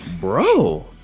bro